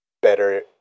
better